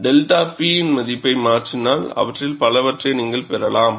𝛅 P மதிப்பை மாற்றினால் அவற்றில் பலவற்றை நீங்கள் பெறலாம்